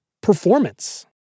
performance